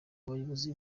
abayobozi